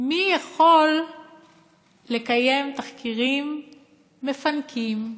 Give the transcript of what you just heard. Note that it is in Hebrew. מי יכול לקיים תחקירים מפנקים.